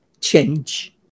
change